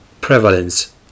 Prevalence